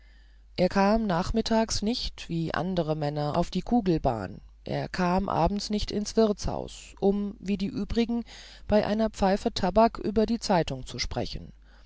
er kam nachmittags nicht wie andere männer auf die kugelbahn er kam abends nicht ins wirtshaus um wie die übrigen bei einer pfeife tabak über die zeitung zu sprechen